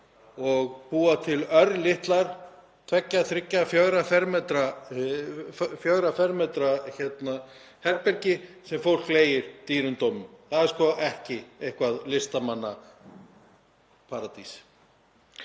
og búa til örlítil tveggja, þriggja eða fjögurra fermetra herbergi sem fólk leigir dýrum dómum. Það er sko ekki einhver listamannaparadís.